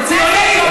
הוא ציוני.